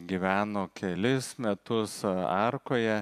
gyveno kelis metus arkoje